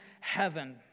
heaven